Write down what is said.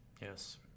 Yes